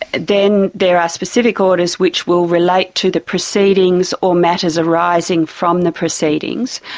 ah then there are specific orders which will relate to the proceedings or matters arising from the proceedings,